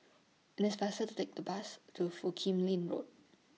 This faster to Take The Bus to Foo Kim Lin Road